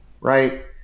right